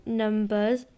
numbers